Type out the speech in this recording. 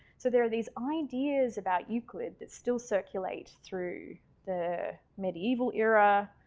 so there are these ideas about euclid that still circulate through the medieval era.